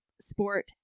sport